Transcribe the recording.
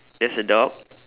there's a dog